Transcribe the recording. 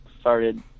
started